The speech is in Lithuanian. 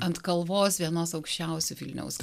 ant kalvos vienos aukščiausių vilniaus